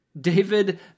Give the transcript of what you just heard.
David